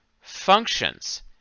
functions